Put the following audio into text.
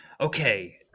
Okay